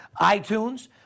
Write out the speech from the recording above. iTunes